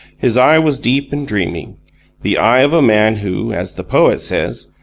his eye was deep and dreamy the eye of a man who, as the poet says,